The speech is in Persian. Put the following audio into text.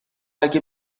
اگه